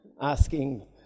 asking